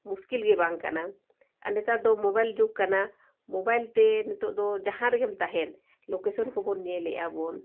ᱢᱩᱥᱠᱤᱞ ᱜᱮ ᱵᱟᱝ ᱠᱟᱱᱟ ᱟᱨ ᱱᱮᱛᱟᱨ ᱫᱚ ᱡᱩᱜᱽ ᱠᱟᱱᱟ ᱛᱮ ᱱᱤᱛᱳᱜ ᱫᱚ ᱡᱟᱦᱟᱸ ᱨᱮᱜᱮᱢ ᱛᱟᱦᱮᱱ ᱠᱚᱵᱚᱱ ᱧᱮᱞᱮᱫᱼᱟ ᱵᱚᱱ